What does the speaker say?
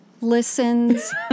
listens